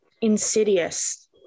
insidious